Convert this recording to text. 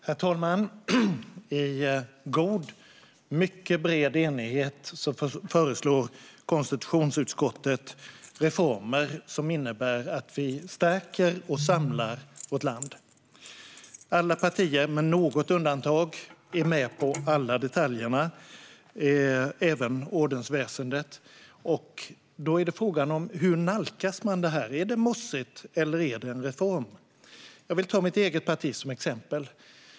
Herr talman! I god och mycket bred enighet föreslår konstitutionsutskottet reformer som innebär att vi stärker och samlar vårt land. Alla partier, med något undantag, är med på alla detaljerna, även vad gäller ordensväsendet. Då är frågan hur man nalkas detta. Är det mossigt eller är det en reform? Jag vill ta mitt eget parti som exempel.